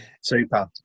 Super